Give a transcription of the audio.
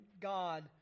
God